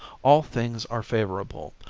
all things are favourable,